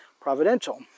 providential